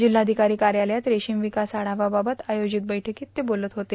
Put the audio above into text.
जिल्हाधिकारी कार्यालयात रेशीम विकास आढावाबावत आयोजित वैठकीत ते बोलत होते